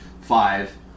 five